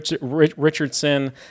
Richardson